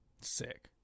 Sick